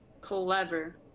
Clever